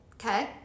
Okay